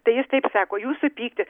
tai jis taip sako jūsų pyktis